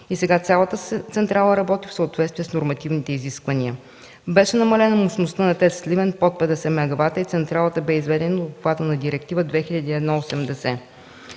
Сега цялата централа работи в съответствие с нормативните изисквания. Беше намалена мощността на ТЕЦ „Сливен” под 50 мегавата и централата бе изведена от обхвата на Директива 2001/80